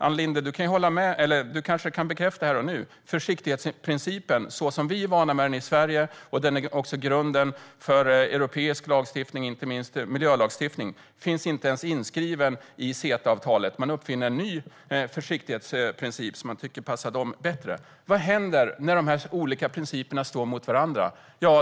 Du kanske kan bekräfta detta här och nu, Ann Linde: Försiktighetsprincipen så som vi är vana vid att se på den i Sverige, som även är grunden för europeisk lagstiftning, inte minst miljölagstiftning, finns inte ens inskriven i CETA-avtalet. Man uppfinner en ny försiktighetsprincip som man tycker passar bättre. Vad händer när de olika principerna står mot varandra?